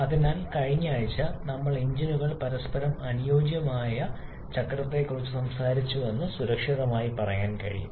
അതിനാൽ കഴിഞ്ഞ ആഴ്ച നമ്മൾ എഞ്ചിനുകൾ പരസ്പരം അനുയോജ്യമായ അനുയോജ്യമായ ചക്രത്തെക്കുറിച്ച് സംസാരിച്ചുവെന്ന് സുരക്ഷിതമായി പറയാൻ കഴിയും